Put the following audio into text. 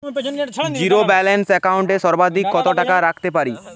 Zero balance account এ সর্বাধিক কত টাকা রাখতে পারি?